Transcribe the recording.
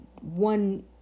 one